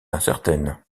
incertaine